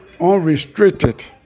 Unrestricted